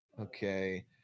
okay